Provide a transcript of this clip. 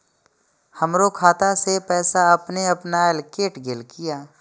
हमरो खाता से पैसा अपने अपनायल केट गेल किया?